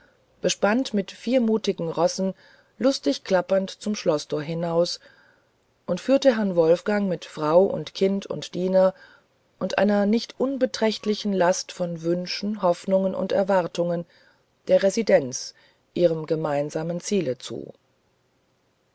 bespannt mit vier mutigen rossen lustig klappernd zum schloßtor hinaus und führte herrn wolfgang mit frau und kind und diener und einer nicht unbeträchtlichen ladung von wünschen hoffnungen und erwartungen der residenz ihrem gemeinsamen ziele zu